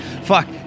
fuck